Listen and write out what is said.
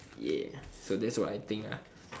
ya so that's what I think lah